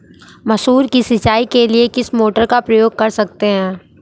मसूर की सिंचाई के लिए किस मोटर का उपयोग कर सकते हैं?